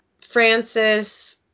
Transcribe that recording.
Francis